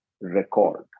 record